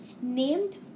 named